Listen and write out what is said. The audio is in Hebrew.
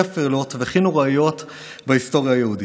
אפלות והכי נוראיות בהיסטוריה היהודית.